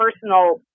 personal